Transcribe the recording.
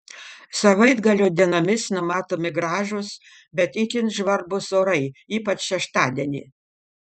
savaitgalio dienomis numatomi gražūs bet itin žvarbus orai ypač šeštadienį